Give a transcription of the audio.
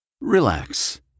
Relax